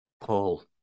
Paul